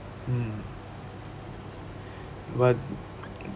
mm but